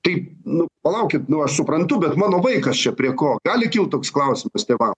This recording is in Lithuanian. tai nu palaukit nu aš suprantu bet mano vaikas čia prie ko gali kilt toks klausimas tėvam